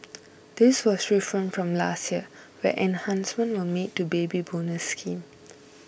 this was different from last year where enhancements were made to Baby Bonus scheme